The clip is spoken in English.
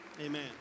Amen